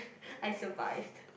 I survived